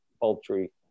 poultry